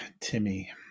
Timmy